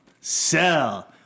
Sell